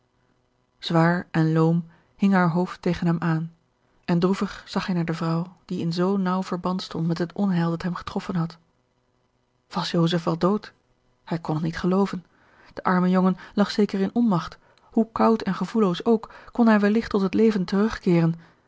zwaar en loom hing haar hoofd tegen hem aan en droevig zag hij naar de vrouw die in zoo naauw verband stond met het onheil dat hem getroffen had george een ongeluksvogel was joseph wel dood hij kon het niet gelooven de arme jongen lag zeker in onmagt hoe koud en gevoelloos ook kon hij welligt tot het leven